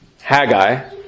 Haggai